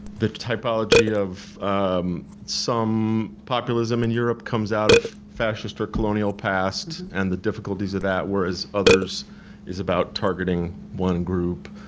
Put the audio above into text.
the typology of some populism in europe comes out of fascist or colonial past, and the difficulties of that whereas others is about targeting one group.